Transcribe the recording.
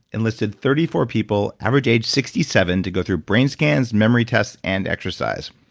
enlisted thirty four people average age sixty seven to go through brain scans, memory tests and exercise.